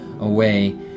away